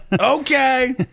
okay